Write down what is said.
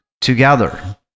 together